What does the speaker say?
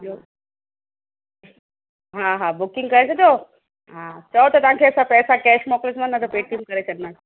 ॿियो हा हा बुकिंग करे छॾियो हा चओ त असां पैसा कैश मोकिले न त पेटीएम करे छॾियां